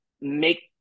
make